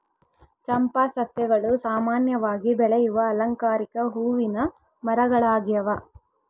ಚಂಪಾ ಸಸ್ಯಗಳು ಸಾಮಾನ್ಯವಾಗಿ ಬೆಳೆಯುವ ಅಲಂಕಾರಿಕ ಹೂವಿನ ಮರಗಳಾಗ್ಯವ